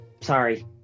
sorry